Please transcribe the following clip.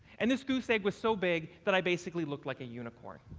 and this goose egg was so big that i basically looked like a unicorn.